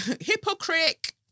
Hypocrite